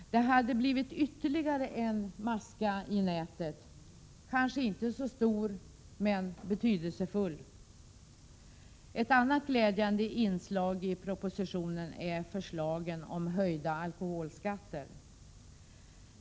Det hade blivit ytterligare en maska i nätet — kanske inte så stor, men betydelsefull. Ett annat glädjande inslag i propositionen är förslagen om höjda alkoholskatter.